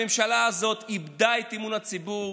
הממשלה הזאת איבדה את אמון הציבור